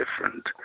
different